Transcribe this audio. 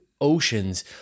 oceans